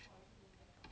I want to